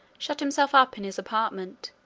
shut himself up in his apartment,